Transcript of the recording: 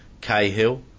Cahill